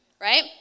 right